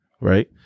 right